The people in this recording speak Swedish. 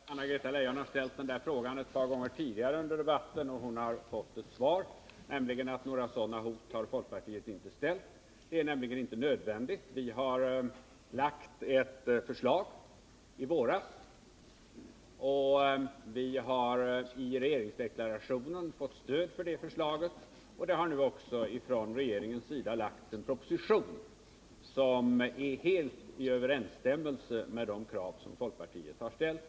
Herr talman! Anna-Greta Leijon har ställt den frågan ett par gånger tidigare under debatten, och hon har fått svar, nämligen att några sådana hot har folkpartiet inte framfört. — Det är nämligen inte nödvändigt. Vi har i våras presenterat ett förslag, och vi har i regeringsdeklarationen fått stöd för det förslaget. Regeringen har också lagt fram en proposition som är helt i överensstämmelse med de krav som folkpartiet har ställt.